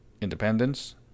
independence